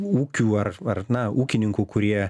ūkių ar ar na ūkininkų kurie